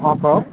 অঁ কওক